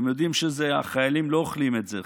אתם יודעים שהחיילים לא אוכלים את זה.